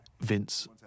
Vince